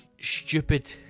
stupid